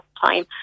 time